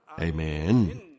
Amen